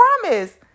promise